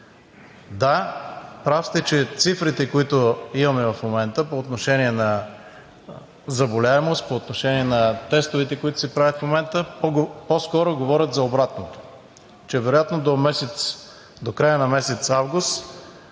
Да, прав сте, че цифрите, които имаме в момента по отношение на заболяемост, по отношение на тестовете, които се правят в момента, по-скоро говорят за обратното, че вероятно до края на месец август